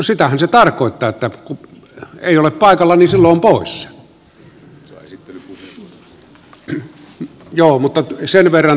sitähän se tarkoittaa että kun ei ole paikalla niin silloin on poissa